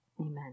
amen